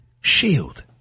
Shield